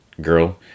girl